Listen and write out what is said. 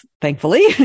thankfully